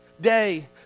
Day